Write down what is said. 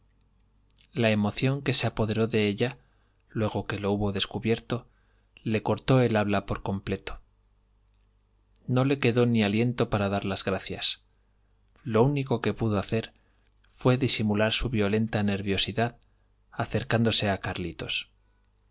la emoción que se apoderó de ella luego que lo hubo descubierto le cortó el habla por completo no le quedó ni aliento para dar las gracias loúnico que pudo hacer fué disimular su violenta nerviosidad caercándose a carlitos